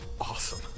Awesome